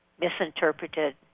misinterpreted